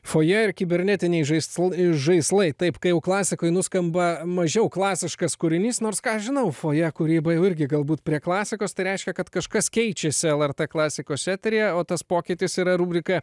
fojė ir kibernetiniai žaisl žaislai taip kai klasikoj nuskamba mažiau klasiškas kūrinys nors ką aš žinau fojė kūryba jau irgi galbūt prie klasikos tai reiškia kad kažkas keičiasi lrt klasikos eteryje o tas pokytis yra rubrika